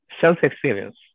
self-experience